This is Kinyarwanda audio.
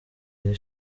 iri